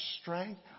strength